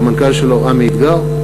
והמנכ"ל שלו עמי אתגר,